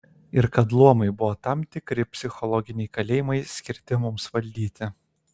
ir kad luomai buvo tam tikri psichologiniai kalėjimai skirti mums valdyti